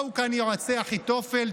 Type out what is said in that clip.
באו כאן יועצי אחיתופל,